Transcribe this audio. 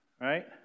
right